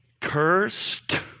Cursed